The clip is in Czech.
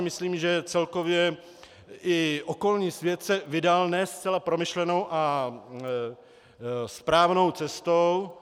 Myslím si, že celkově i okolní svět se vydal ne zcela promyšlenou a správnou cestou.